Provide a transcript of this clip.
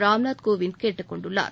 ராம்நாத் கோவிந்த கேட்டுக் கொண்டுள்ளார்